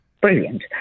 brilliant